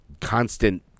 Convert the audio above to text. constant